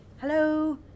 Hello